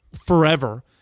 forever